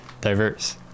diverse